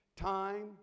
Time